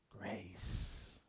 grace